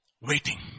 Waiting